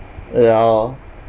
ya lor